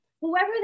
whoever